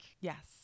Yes